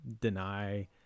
deny